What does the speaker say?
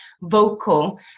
vocal